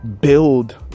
build